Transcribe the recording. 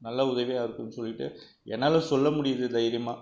நல்ல உதவியாகருக்குன்னு சொல்லிட்டு என்னால் சொல்ல முடியுது தைரியமாக